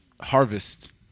harvest